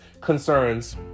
concerns